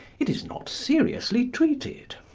it is not seriously treated.